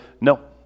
No